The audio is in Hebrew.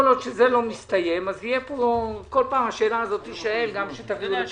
כל עוד זה לא מסתיים, השאלה תישאר כשתביאו דברים.